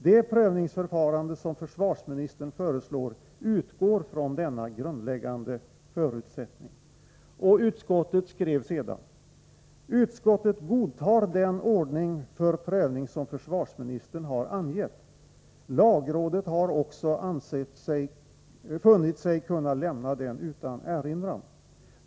Det prövningsförfarande som försvarsministern föreslår utgår från denna grundläggande förutsättning.” ”Utskottet godtar den ordning för prövning som försvarsministern har angett. Lagrådet har också funnit sig kunna lämna den utan erinran.